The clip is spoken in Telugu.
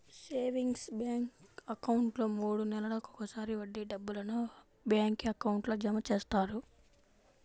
సేవింగ్స్ బ్యాంక్ అకౌంట్లో మూడు నెలలకు ఒకసారి వడ్డీ డబ్బులను బ్యాంక్ అకౌంట్లో జమ చేస్తారు